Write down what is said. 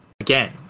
again